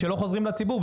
שלא חוזרים לציבור.